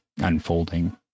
unfolding